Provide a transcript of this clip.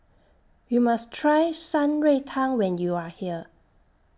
YOU must Try Shan Rui Tang when YOU Are here